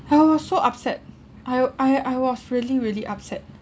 I was so upset I I I was really really upset